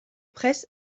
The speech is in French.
presse